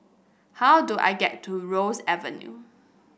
how do I get to Ross Avenue